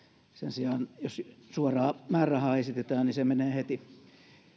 sen sijaan jos suoraa määrärahaa esitetään niin se menee heti